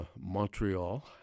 Montreal